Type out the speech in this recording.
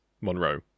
Monroe